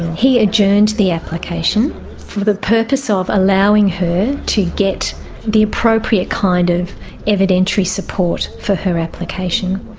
he adjourned the application for the purpose ah of allowing her to get the appropriate kind of evidentiary support for her application.